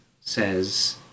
says